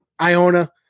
Iona